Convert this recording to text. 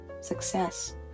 success